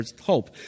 hope